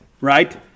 right